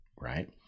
right